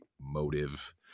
motive